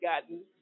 gotten